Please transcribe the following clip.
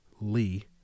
Lee